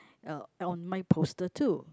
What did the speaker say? uh on my poster too